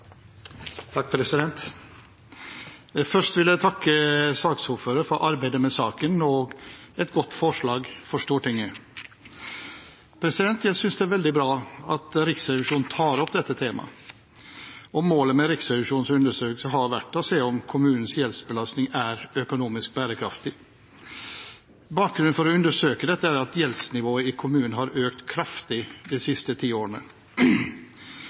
Først vil jeg takke saksordføreren for arbeidet med saken og et godt forslag for Stortinget. Jeg synes det er veldig bra at Riksrevisjonen tar opp dette temaet. Målet med Riksrevisjonens undersøkelse har vært å se om kommunenes gjeldsbelastning er økonomisk bærekraftig. Bakgrunnen for å undersøke dette er at gjeldsnivået i kommunene har økt kraftig de siste ti årene,